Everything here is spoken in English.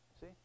See